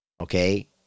Okay